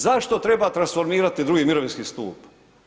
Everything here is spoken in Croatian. Zašto treba transformirati drugi mirovinski stup?